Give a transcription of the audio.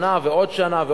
שנה ועוד שנה,